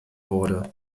wurde